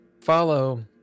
follow